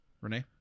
Renee